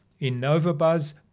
InnovaBuzz